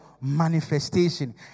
manifestation